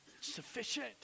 Sufficient